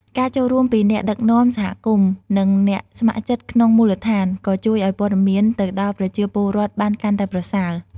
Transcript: ការចូលរួមពីអ្នកដឹកនាំសហគមន៍ និងអ្នកស្ម័គ្រចិត្តក្នុងមូលដ្ឋាន ក៏ជួយឲ្យព័ត៌មានទៅដល់ប្រជាពលរដ្ឋបានកាន់តែប្រសើរ។